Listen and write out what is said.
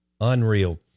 unreal